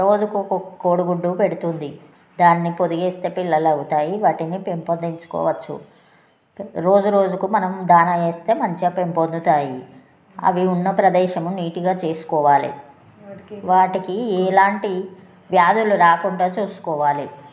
రోజుకొక కోడి గుడ్డు పెడుతుంది దాన్ని పొదిగేస్తే పిల్లలు అవుతాయి వాటిని పెంపొందించుకోవచ్చు రోజు రోజుకు మనం దానా వేస్తే మంచిగ పెంపొందుతాయి అవి ఉన్న ప్రదేశము నీటుగా చేసుకోవాలి వాటికి ఎలాంటి వ్యాధులు రాకుండా చూసుకోవాలి